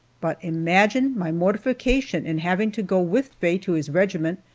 but imagine my mortification in having to go with faye to his regiment,